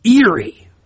eerie